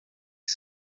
que